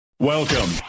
Welcome